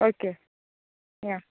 okay yeah